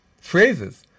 phrases